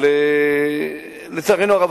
אבל לצערנו הרב,